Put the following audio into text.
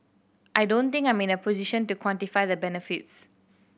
I don't think I'm in a position to quantify the benefits